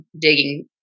digging